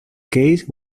case